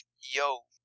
yo